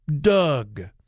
Doug